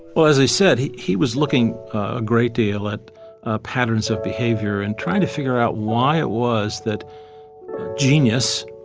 well, as i said, he he was looking a great deal at ah patterns of behavior and trying to figure out why it was that genius,